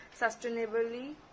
sustainably